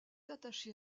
attaché